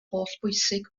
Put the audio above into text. hollbwysig